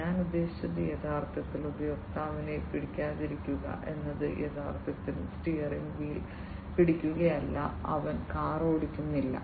ഞാൻ ഉദ്ദേശിച്ചത് യഥാർത്ഥത്തിൽ ഉപയോക്താവിനെ പിടിക്കാതിരിക്കുക എന്നത് യഥാർത്ഥത്തിൽ സ്റ്റിയറിംഗ് വീൽ പിടിക്കുകയല്ല അവൻ കാർ ഓടിക്കുന്നില്ല